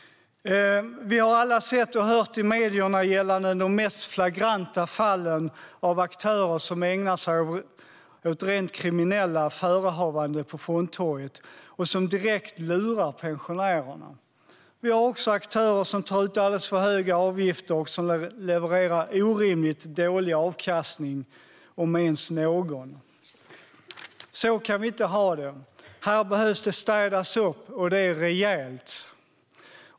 Vi har alla sett och hört i medierna om de mest flagranta fallen av aktörer som ägnar sig åt rent kriminella förehavanden på fondtorget och som direkt lurar pensionärerna. Vi har också aktörer som tar ut alldeles för höga avgifter och levererar orimligt dålig avkastning, om ens någon. Så kan vi inte ha det. Här behöver det städas upp och det rejält.